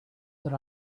that